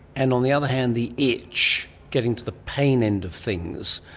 and on the other hand the itch, getting to the pain end of things?